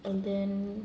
and then